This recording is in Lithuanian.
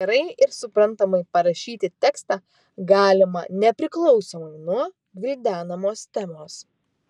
gerai ir suprantamai parašyti tekstą galima nepriklausomai nuo gvildenamos temos